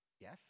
Yes